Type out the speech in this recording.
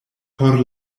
por